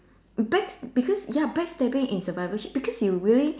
back~ because ya backstabbing is survivorship because you really